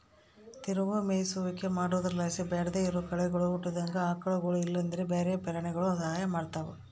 ತಿರುಗೋ ಮೇಯಿಸುವಿಕೆ ಮಾಡೊದ್ರುಲಾಸಿ ಬ್ಯಾಡದೇ ಇರೋ ಕಳೆಗುಳು ಹುಟ್ಟುದಂಗ ಆಕಳುಗುಳು ಇಲ್ಲಂದ್ರ ಬ್ಯಾರೆ ಪ್ರಾಣಿಗುಳು ಸಹಾಯ ಮಾಡ್ತವ